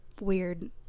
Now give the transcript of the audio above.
weird